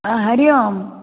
आ हरि ओम्